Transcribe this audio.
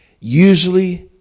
usually